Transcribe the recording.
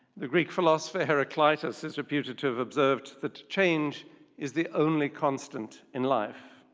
the greek philosopher heraclitus is reputed to have observed that change is the only constant in life.